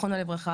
זיכרונו לברכה,